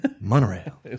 monorail